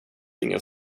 ingen